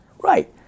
Right